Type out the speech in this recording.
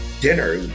dinner